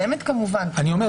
בהודעה מוקדמת, כמובן --- נכון.